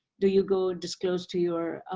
do you go disclose to your